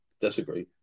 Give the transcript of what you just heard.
Disagree